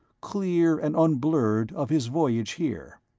clear and unblurred, of his voyage here.